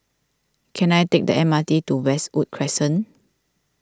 can I take the M R T to Westwood Crescent